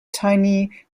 tiny